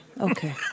okay